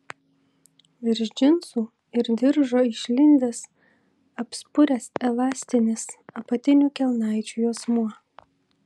virš džinsų ir diržo išlindęs apspuręs elastinis apatinių kelnaičių juosmuo